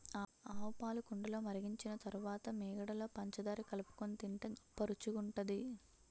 ఆవుపాలు కుండలో మరిగించిన తరువాత మీగడలో పంచదార కలుపుకొని తింటే గొప్ప రుచిగుంటది